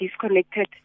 disconnected